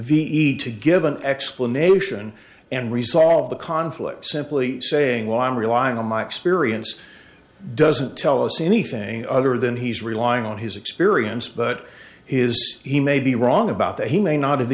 e to give an explanation and resolve the conflict simply saying well i'm relying on my experience doesn't tell us anything other than he's relying on his experience but is he may be wrong about that he may not have